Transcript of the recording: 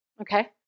Okay